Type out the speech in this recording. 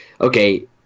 Okay